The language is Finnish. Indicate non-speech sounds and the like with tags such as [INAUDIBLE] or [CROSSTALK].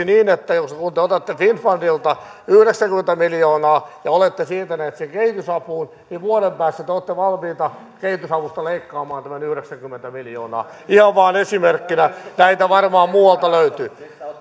[UNINTELLIGIBLE] niin että kun te otatte finnfundilta yhdeksänkymmentä miljoonaa ja olette siirtäneet sen kehitysapuun niin vuoden päästä te olette valmiita kehitysavusta leikkaaman tämän yhdeksänkymmentä miljoonaa ihan vain esimerkkinä näitä varmaan muualta löytyy